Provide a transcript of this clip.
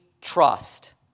trust